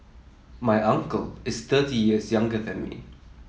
my uncle is thirty years younger than me